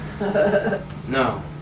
No